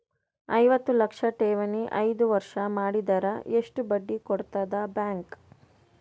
ಐವತ್ತು ಲಕ್ಷ ಠೇವಣಿ ಐದು ವರ್ಷ ಮಾಡಿದರ ಎಷ್ಟ ಬಡ್ಡಿ ಕೊಡತದ ಬ್ಯಾಂಕ್?